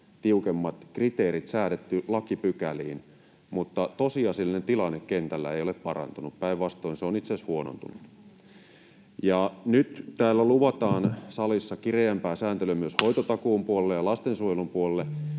tiukemmat kriteerit säädetty lakipykäliin, mutta tosiasiallinen tilanne kentällä ei ole parantunut. Päinvastoin, se on itse asiassa huonontunut. Ja nyt täällä salissa luvataan kireämpää sääntelyä myös hoitotakuun puolelle ja lastensuojelun puolelle.